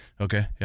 okay